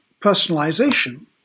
personalization